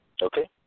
Okay